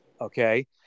okay